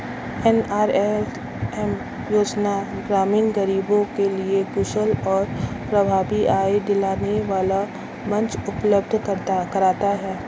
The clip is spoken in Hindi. एन.आर.एल.एम योजना ग्रामीण गरीबों के लिए कुशल और प्रभावी आय दिलाने वाला मंच उपलब्ध कराता है